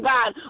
God